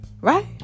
Right